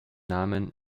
namen